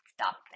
stop